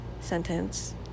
sentence